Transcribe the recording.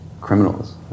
criminals